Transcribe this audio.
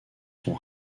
sont